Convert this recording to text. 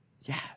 Yes